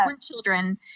children